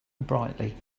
brightly